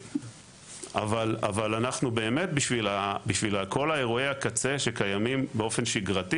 באמת בשביל כל אירועי הקצה שקיימים באופן שגרתי,